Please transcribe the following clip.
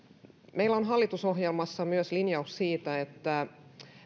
meillä on hallitusohjelmassa linjaus siitä että